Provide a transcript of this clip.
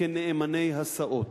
כנאמני הסעות.